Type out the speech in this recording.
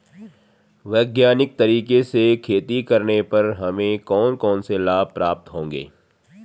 वैज्ञानिक तरीके से खेती करने पर हमें कौन कौन से लाभ प्राप्त होंगे?